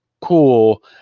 cool